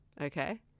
Okay